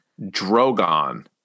Drogon